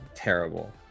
terrible